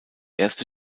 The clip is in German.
erste